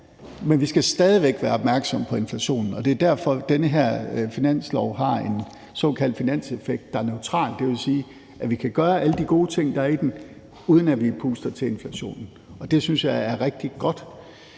men vi skal stadig væk være opmærksomme på inflationen, og det er derfor, den her finanslov har en såkaldt finanseffekt, der er neutral. Det vil sige, at vi kan gøre alle de gode ting, der er i den, uden at vi puster til inflationen, og det synes jeg er rigtig godt.